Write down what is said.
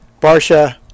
Barsha